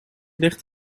licht